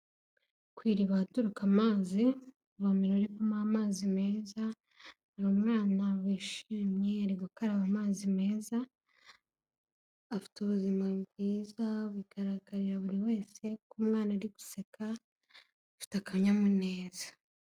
Ku iriba ahaturuka amazi, ivomera ririmo amazi meza, hari umwana wishimye, ari gukaraba amazi meza, afite ubuzima bwiza, bigaragarira buri wese ko umwana ari guseka, afite akanyamuneza.